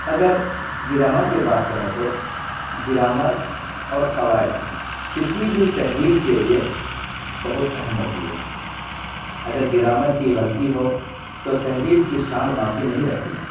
اگر گرامر کے بات کریں تو گرامر اور قواعد کسی بھی تحریر کے لیے بہت اہم ہوتی ہے اگر گرامر کی غلطی ہو تو تحریر کی شان باقی نہیں رہتی